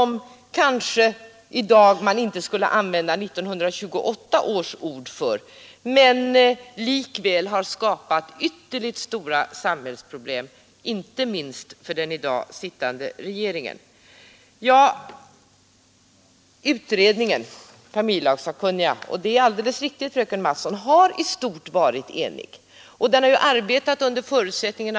Man borde i dag kanske inte använda 1928 års ord för att beskriva dessa bekymmer, men likväl har vi många av dessa samhällsproblem, inte minst den sittande regeringen. Det är riktigt som fröken Mattson säger att familjelagssakkunniga i stort sett varit eniga. Kommittén har också bedrivit sitt arbete i en strävan att bli enig.